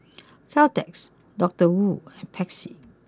Caltex Doctor Wu and Pepsi